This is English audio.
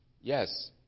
Yes